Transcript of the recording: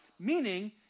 Meaning